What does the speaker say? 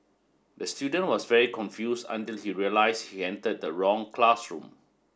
the student was very confused until he realised he entered the wrong classroom